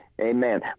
Amen